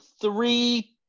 three